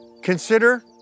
Consider